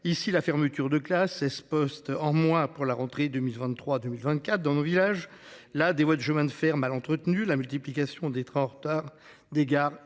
Ici la fermeture de classe ce postes en moins pour la rentrée 2023 2024 dans nos villages là des voies de chemin de fer mal entretenu, la multiplication des trains en retard, des gares